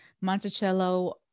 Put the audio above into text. Monticello